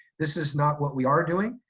this is not what we are doing.